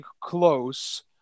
close